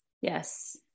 Yes